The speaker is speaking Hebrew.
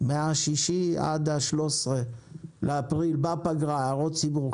מה-6 עד ה-13 באפריל, בפגרה, הערות ציבור.